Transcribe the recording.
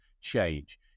change